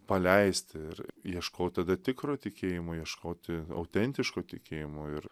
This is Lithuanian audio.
paleisti ir ieškot tada tikro tikėjimo ieškoti autentiško tikėjimo ir